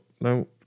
No